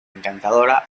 encantadora